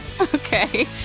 Okay